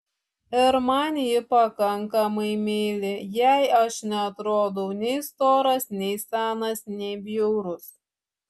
ir man ji pakankamai meili jai aš neatrodau nei storas nei senas nei bjaurus